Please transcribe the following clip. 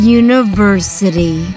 university